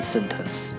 Sentence